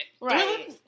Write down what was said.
right